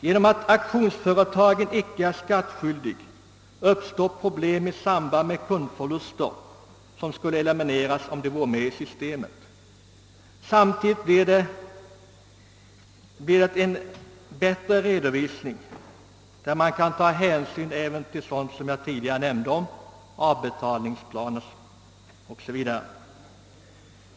Genom att auktionsföretagen icke är skattskyldiga uppstår problem i samband med kundförluster som skulle elimineras om dessa företag vore inbegripna i systemet. Samtidigt blev det en bättre redovisning, eftersom man kunde ta hänsyn även till sådant som jag tidigare nämnt — avbetalningsplaner o. d.